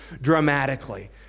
dramatically